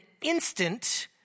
instant